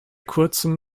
kurzen